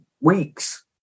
weeks